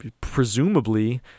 presumably